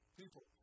people